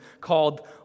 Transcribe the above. called